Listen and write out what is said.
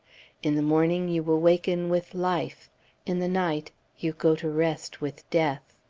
in the morning you awaken with life in the night you go to rest with death.